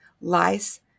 lice